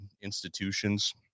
institutions